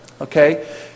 okay